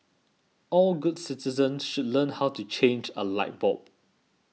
all good citizens should learn how to change a light bulb